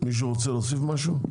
מישהו רוצה להוסיף משהו?